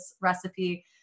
recipe